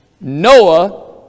Noah